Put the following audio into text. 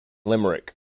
limerick